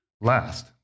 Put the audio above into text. last